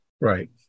right